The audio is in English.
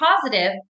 positive